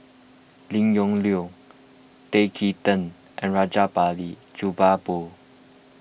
Lim Yong Liang Tan Kim Tian and Rajabali Jumabhoy